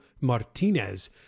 Martinez